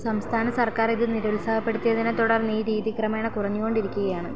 സംസ്ഥാന സർക്കാരിത് നിരുത്സാഹപ്പെടുത്തിയതിനെ തുടർന്നീ രീതിയിൽ ക്രമേണ കുറഞ്ഞു കൊണ്ടിരിക്കുകയാണ്